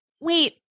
Wait